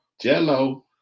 Jello